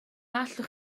allwch